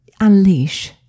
unleash